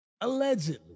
Allegedly